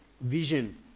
vision